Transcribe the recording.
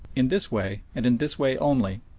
in this way, and in this way only,